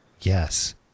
Yes